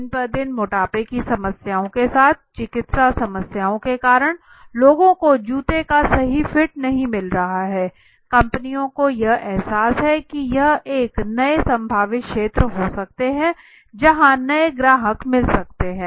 दिन ब दिन मोटापे की समस्याओं के साथ चिकित्सा समस्याओं के कारण लोगों को जूते का सही फिट नहीं मिल रहा है कंपनियों को यह एहसास है कि यह एक नए संभावित क्षेत्र हो सकता है जहाँ नए ग्राहक मिल सकते है